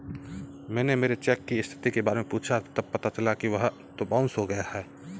मैंने मेरे चेक की स्थिति के बारे में पूछा तब पता लगा कि वह तो बाउंस हो गया है